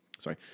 Sorry